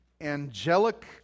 angelic